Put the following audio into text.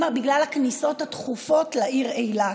בגלל הכניסות התכופות לעיר אילת: